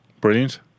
Brilliant